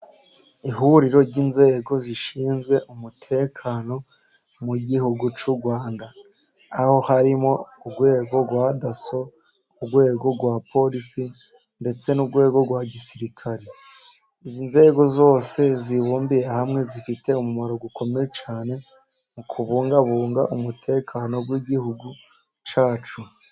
Ihuriro ry'inzego zishinzwe umutekano mu Gihugu cy'u Rwanda, aho harimo urwego rwa daso urwego rwa polisi ndetse n'urwego rwa gisirikare. Izi nzego zose zibumbiye hamwe zifite umumaro ukomeye cyane mu kubungabunga umutekano w'Igihugu cyacu.